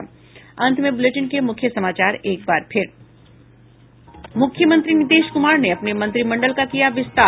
और अब अंत में मुख्य समाचार मुख्यमंत्री नीतीश कुमार ने अपने मंत्रिमंडल का किया विस्तार